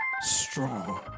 strong